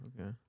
okay